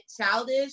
Childish